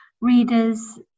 readers